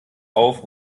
auf